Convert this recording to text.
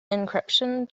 encryption